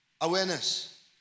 Awareness